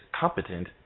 competent